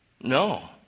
No